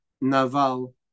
Naval